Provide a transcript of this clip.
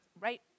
right